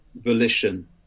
volition